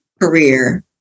career